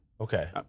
Okay